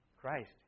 Christ